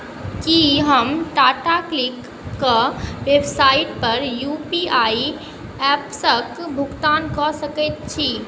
की हम टाटा क्लिकके वेबसाइटपर यू पी आइ ऐप सभसँ भुगतान कऽ सकैत छी